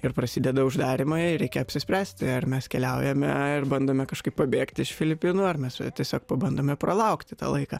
ir prasideda uždarymai reikia apsispręsti ar mes keliaujame ir bandome kažkaip pabėgti iš filipinų ar mes tiesiog pabandome pralaukti tą laiką